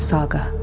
Saga